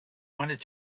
wanted